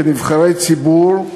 כנבחרי ציבור,